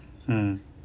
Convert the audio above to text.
mm